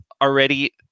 already